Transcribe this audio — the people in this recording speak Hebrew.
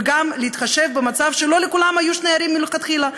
וגם להתחשב במצב שלא לכולם היו שני הורים מלכתחילה.